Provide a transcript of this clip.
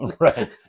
right